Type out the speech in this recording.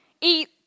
Eat